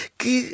que